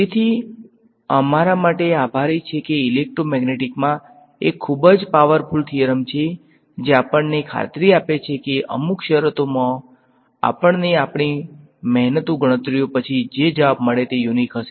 તેથી અમારા માટે આભારી છે કે ઇલેક્ટ્રોમેગ્નેટિક્સમાં એક ખૂબ જ પાવરફુલ થીયરમ છે જે આપણને ખાતરી આપે છે કે અમુક શરતોમાં આપણને આપણી મહેનતુ ગણતરીઓ પછી જે જવાબ મળે છે તે યુનીક હશે